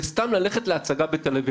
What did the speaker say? זה סתם ללכת להצגה בתל אביב.